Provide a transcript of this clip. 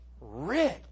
rich